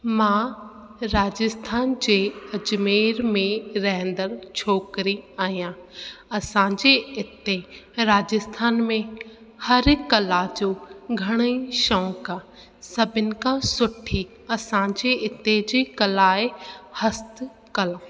मां राजस्थान जे अजमेर में रहंदड़ छोकिरी आहियां असां जे इते राजस्थान में हर कला जो घणेई शौक़ु आहे सभिनि खां सुठी असां जी इते जी कला आहे हस्त कला